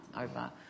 over